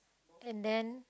and then